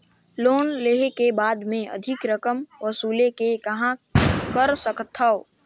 Loan लेहे के बाद मे अधिक रकम वसूले के कहां कर सकथव?